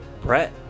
Brett